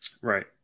Right